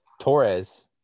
Torres